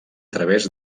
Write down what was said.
través